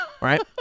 Right